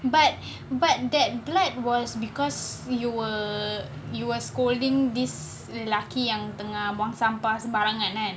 but but that blood was because you were you were scolding this lelaki yang tengah buang sampah sembarangan kan